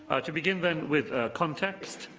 ah to begin, then, with context,